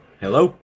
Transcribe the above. Hello